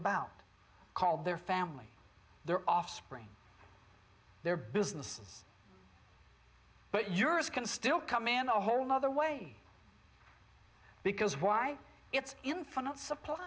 about called their family their offspring their businesses but yours can still come in a whole other way because why it's infinite supply